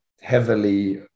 heavily